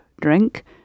drink